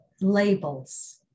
labels